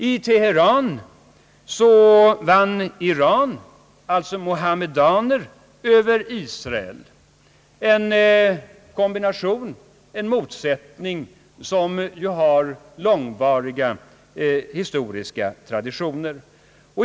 I Teheran vann Iran, en mohammedansk stat, över Israel, en judisk stat — en kombination där motsatta uppfattningar har långvariga historiska traditioner.